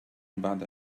بعد